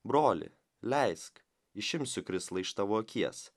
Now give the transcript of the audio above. broli leisk išimsiu krislą iš tavo akies